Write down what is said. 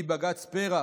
מבג"ץ פר"ח,